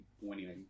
winning